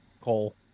Cole